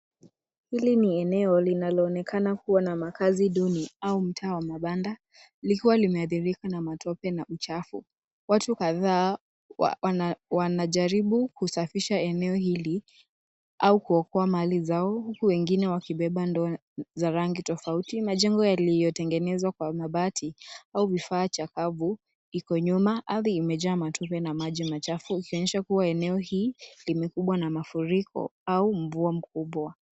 Hili ni eneo linaloonekana kuwa na makazi duni au mtaa wa mabanda likiwa limeathirika na matope na uchafu. Watu kadhaa wanajaribu kusafisha eneo hili au kuokoa mali zao huku wengine wakibeba ndoo za rangi tofauti. Majengo yaliyotengenezwa kwa mabati au vifaa chakavu Iko nyuma. Ardhi imejaa matope na maji machafu ikionyesha kuwa eneo hii limekumbwa na mafuriko au mvua mkubwa.